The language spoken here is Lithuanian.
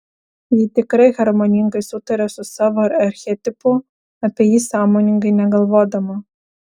ji tikrai harmoningai sutaria su savo archetipu apie jį sąmoningai negalvodama